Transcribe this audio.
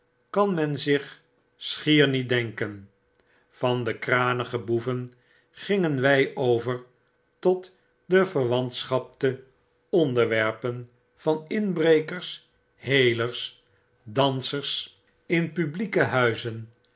kan men zich schier niet denken van de kranige boeven gingen wjj over tot de verwantschapte onderwerpen van inbrekers helers dansers in publieke huizen